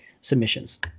submissions